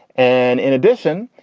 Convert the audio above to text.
and in addition,